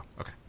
Okay